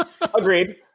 Agreed